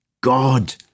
God